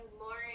Lauren